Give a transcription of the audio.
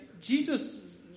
Jesus